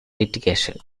litigation